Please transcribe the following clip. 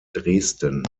dresden